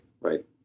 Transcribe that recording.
Right